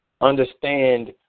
understand